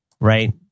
right